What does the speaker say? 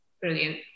Brilliant